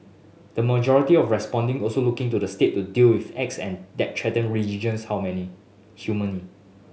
the majority of responding also looked to the State to deal with acts that threaten religious how many harmony